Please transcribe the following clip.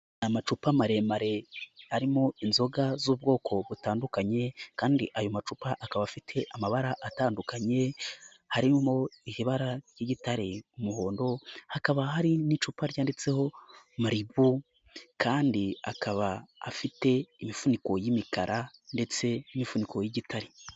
Amacupa maremare arimo inzoga z'ubwoko butandukanye, kandi ayo macupa akaba afite amabara atandukanye harimo ibara ry'igitare, umuhondo, hakaba hari n'icupa ryanditseho maribu, kandi akaba afite imifuniko y'imikara ndetse n'imifuniko y'igitare.